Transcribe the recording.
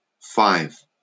Five